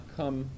come